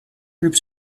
groups